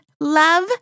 love